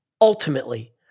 ultimately